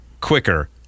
quicker